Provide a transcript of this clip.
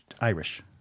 Irish